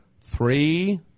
three